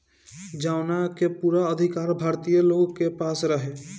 जवना के पूरा अधिकार भारतीय लोग के पास रहे